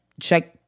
check